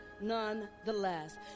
nonetheless